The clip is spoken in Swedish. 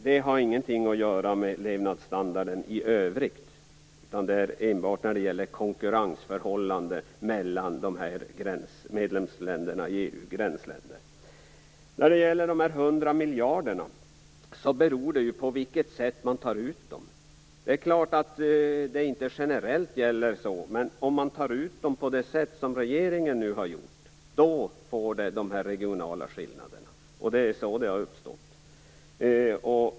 Det har ingenting att göra med levnadsstandarden i övrigt, utan detta gäller enbart konkurrensförhållandena mellan de här medlemsländerna i EU som gränsar till varandra. De 100 miljarderna beror på vilket sätt man tar ut dem. Det gäller förstås inte generellt, men om man tar ut dem på det sätt som regeringen nu har gjort uppstår de här regionala skillnaderna. Det är så de har uppstått.